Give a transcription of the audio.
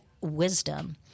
wisdom